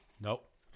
Nope